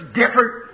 different